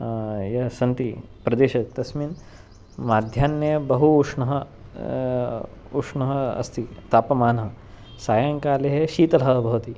यः सन्ति प्रदेशे तस्मिन् मध्याह्ने बहु उष्णः उष्णः अस्ति तापमानः सायङ्काले शीतलः भवति